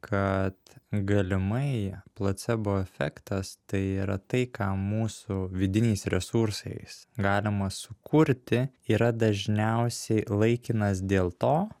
kad galimai placebo efektas tai yra tai ką mūsų vidiniais resursais galima sukurti yra dažniausiai laikinas dėl to